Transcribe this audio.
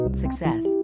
success